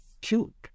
cute